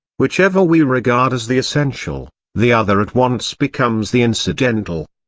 whichever we regard as the essential, the other at once becomes the incidental.